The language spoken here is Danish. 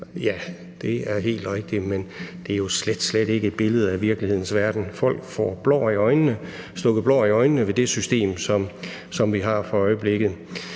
ja, det er helt rigtigt, men det er jo slet, slet ikke et billede af virkelighedens verden. Folk får stukket blår i øjnene med det system, som vi har for øjeblikket.